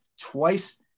twice